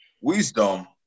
wisdom